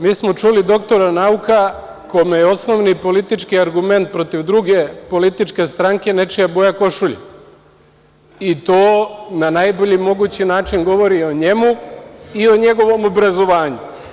Mi smo čuli doktora nauka kome je osnovni politički argument protiv druge političke stranke nečija boja košulje i to na najbolji mogući način govori o njemu i o njegovom obrazovanju.